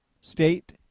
State